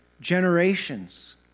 generations